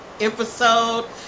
episode